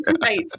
Right